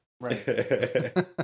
Right